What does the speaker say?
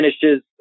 finishes